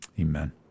amen